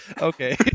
Okay